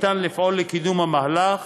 אין אפשרות לפעול לקידום המהלך